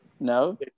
No